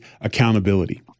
accountability